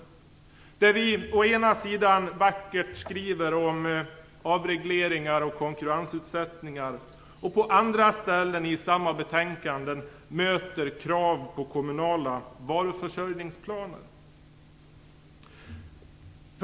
Vi skriver å ena sidan vackert om avregleringar och konkurrensutsättningar, medan vi å andra sidan i samma betänkanden möter krav på kommunala varuförsörjningsplaner.